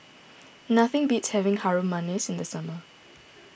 nothing beats having Harum Manis in the summer